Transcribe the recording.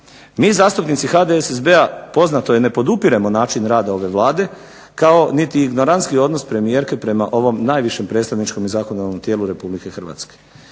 Mi zastupnici HDSSB-a poznato je ne podupiremo način rada ove Vlade, kao niti ignorantski odnos premijerke prema ovom najvišem predstavničkom i zakonodavnom tijelu Republike Hrvatske,